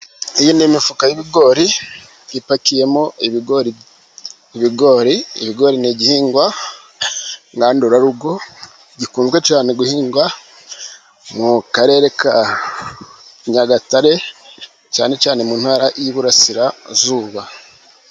Iyi ni imifuka y'ibigori ipakiyemo ibigori, ibigori ni igihingwa ngandurarugo gikunzwe cyane guhingwa mu karere ka nyagatare cyane cyane mu ntara y'iburasirazuba.